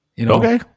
Okay